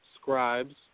Scribes